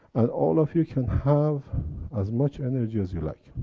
and all of you can have as much energy as you like.